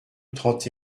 trente